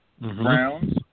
Browns